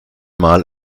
mal